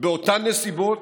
באותן נסיבות